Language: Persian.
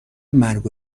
مرگ